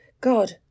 God